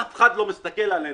אף אחד לא מסתכל עלינו.